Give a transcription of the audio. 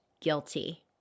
guilty